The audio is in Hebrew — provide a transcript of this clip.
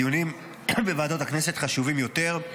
הדיונים בוועדות הכנסת חשובים יותר.